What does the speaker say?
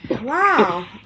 Wow